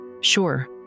sure